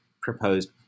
proposed